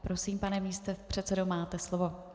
Prosím, pane místopředsedo, máte slovo.